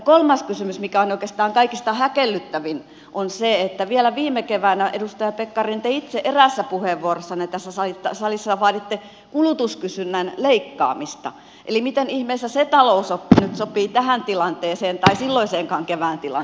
kolmas kysymys mikä on oikeastaan kaikista häkellyttävin on se että vielä viime keväänä edustaja pekkarinen te itse eräässä puheenvuorossanne tässä salissa vaaditte kulutuskysynnän leikkaamista eli miten ihmeessä se talousoppi nyt sopii tähän tilanteeseen tai silloiseenkaan kevään tilanteeseen